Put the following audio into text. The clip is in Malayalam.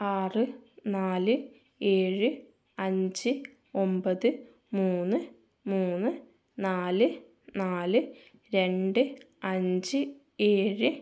ആറ് നാല് ഏഴ് അഞ്ച് ഒമ്പത് മൂന്ന് മൂന്ന് നാല് നാല് രണ്ട് അഞ്ച് ഏഴ്